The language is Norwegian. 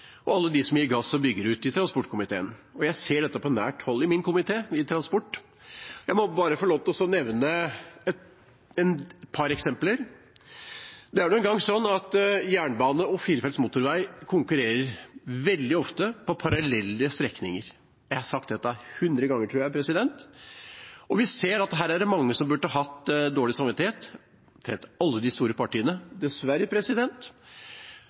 og alle de som gir gass og bygger ut, i transportkomiteen. Jeg ser dette på nært hold i min komité, transportkomiteen. Jeg må nevne et par eksempler. Jernbane og firefelts motorvei konkurrerer veldig ofte på parallelle strekninger. Jeg har sagt dette hundre ganger, tror jeg. Vi ser at her er det mange som burde hatt dårlig samvittighet – omtrent alle de store partiene, dessverre.